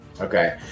Okay